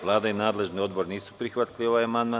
Vlada i nadležni odbor nisu prihvatili ovaj amandman.